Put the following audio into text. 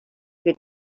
could